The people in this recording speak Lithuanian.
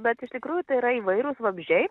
bet iš tikrųjų tai yra įvairūs vabzdžiai